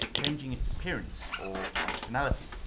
changing its appearance or functionality.